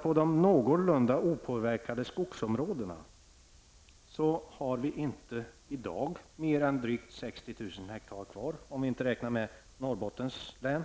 Av de någorlunda opåverkade skogsområdena har vi i dag inte mer än drygt 60 000 hektar kvar, om vi inte räknar med Norrbottens län